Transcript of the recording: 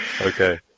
Okay